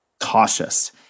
cautious